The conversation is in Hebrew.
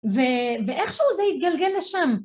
ואיכשהו זה התגלגל לשם.